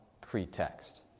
pretext